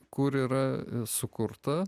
kur yra sukurta